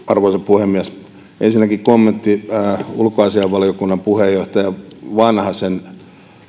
arvoisa puhemies ensinnäkin kommentti ulkoasiainvaliokunnan puheenjohtaja vanhasen